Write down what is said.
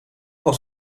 was